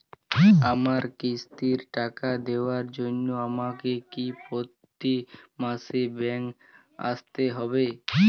আমার কিস্তির টাকা দেওয়ার জন্য আমাকে কি প্রতি মাসে ব্যাংক আসতে হব?